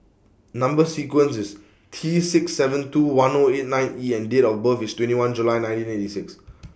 Number sequence IS T six seven two one O eight nine E and Date of birth IS twenty one July nineteen eighty six